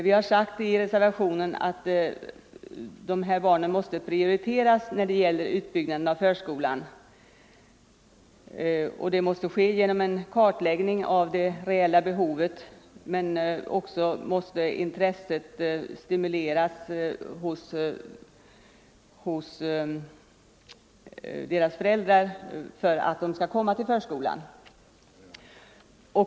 Vi har i reservationen sagt att dessa barn måste prioriteras inom förskoleverksamheten, och det måste ske genom en kartläggning av det reella behovet. Men man måste också intressera dessa barns föräldrar för att barnen skall komma till förskolan.